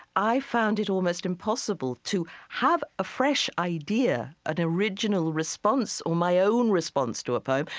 i found it almost impossible to have a fresh idea, an original response or my own response to a poem,